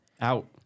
out